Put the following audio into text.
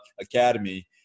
Academy